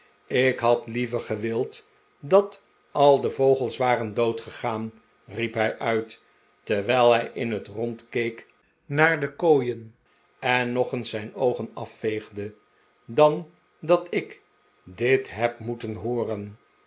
ik had liever gewild dat al de vogels waren doodgegaan riep hij uit terwijl hij in het rond keek naar de kooien en nog eens zijn oogen afveegde dan dat ik dit heb moeten hooren